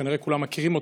שכנראה כולם מכירים,